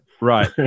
Right